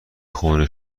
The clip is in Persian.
خون